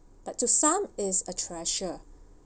but to some is a treasure